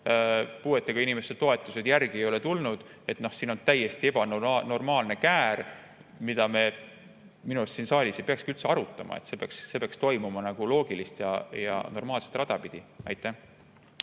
Puuetega inimeste toetused järele ei ole tulnud. Siin on täiesti ebanormaalsed käärid, mida me minu arust siin saalis ei peakski üldse arutama, see peaks toimuma loogilist ja normaalset rada pidi. Aitäh!